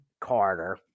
Carter